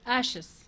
ashes